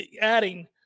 adding